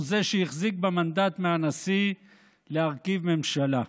הוא זה שהחזיק במנדט מהנשיא להרכיב ממשלה.